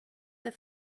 the